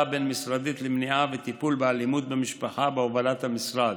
הבין-משרדית למניעה וטיפול באלימות במשפחה בהובלת המשרד.